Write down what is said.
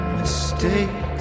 mistakes